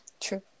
True